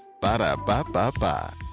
Ba-da-ba-ba-ba